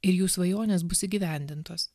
ir jų svajonės bus įgyvendintos